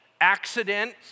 accident